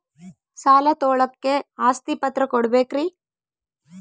ಸಾಲ ತೋಳಕ್ಕೆ ಆಸ್ತಿ ಪತ್ರ ಕೊಡಬೇಕರಿ?